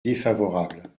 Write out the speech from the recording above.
défavorable